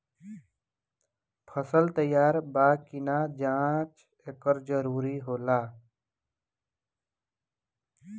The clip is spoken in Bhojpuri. फसल तैयार बा कि ना, एकर जाँच बहुत जरूरी होला